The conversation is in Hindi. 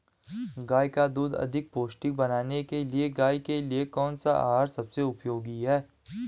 गाय का दूध अधिक पौष्टिक बनाने के लिए गाय के लिए कौन सा आहार सबसे उपयोगी है?